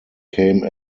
came